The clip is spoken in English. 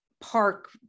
park